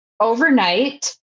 overnight